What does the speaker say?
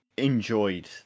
enjoyed